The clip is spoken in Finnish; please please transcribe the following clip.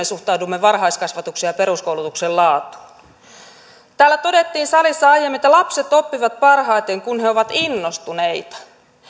me suhtaudumme varhaiskasvatuksen ja peruskoulutuksen laatuun täällä todettiin salissa aiemmin että lapset oppivat parhaiten kun he ovat innostuneita